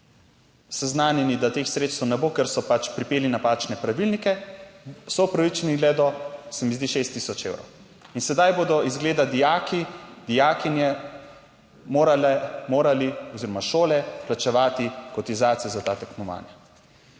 seznanjeni, da teh sredstev ne bo, ker so pač pripeli napačne pravilnike, so upravičeni le do, se mi zdi, 6 tisoč evrov in sedaj bodo izgleda dijaki, dijakinje morale, morali oziroma šole plačevati kotizacijo za ta tekmovanja.